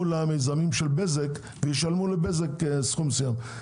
למיזמים של בזק וישלמו לבזק סכום מסוים.